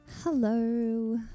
Hello